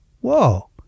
whoa